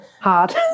Hard